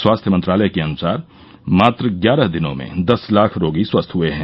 स्वास्थ्य मंत्रालय के अनुसार मात्र ग्यारह दिनों में दस लाख रोगी स्वस्थ हए हैं